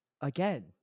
again